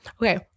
Okay